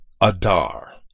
Adar